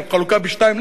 של חלוקה בשניים,